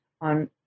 on